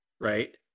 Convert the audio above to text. right